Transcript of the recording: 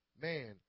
man